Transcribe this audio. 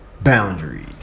boundaries